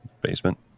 basement